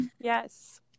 Yes